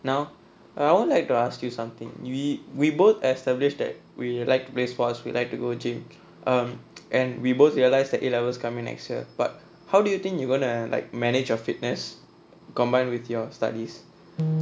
now I would like to ask you something we we both established that we like to play sports we like to go gym err and we both realised that A levels coming next year but how do you think you gonna like manage of fitness combined with your studies